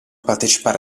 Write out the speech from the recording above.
partecipare